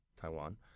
Taiwan